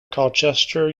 colchester